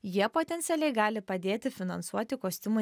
jie potencialiai gali padėti finansuoti kostiumų